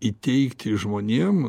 įteigti žmonėm